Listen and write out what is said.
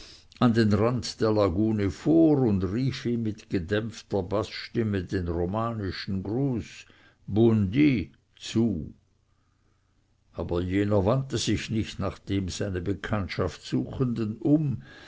an den rand der lagune vor und rief ihm mit gedämpfter baßstimme den romanischen gruß bun d zu aber jener wandte sich nicht nach dem seine bekanntschaft suchenden um